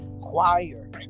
choir